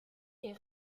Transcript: des